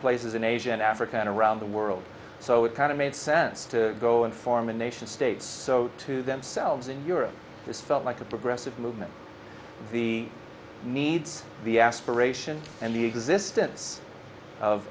places in asia and africa and around the world so it kind of made sense to go and form a nation state so to themselves in europe this felt like a progressive movement the needs the aspirations and the existence of